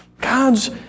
God's